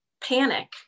panic